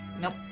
Nope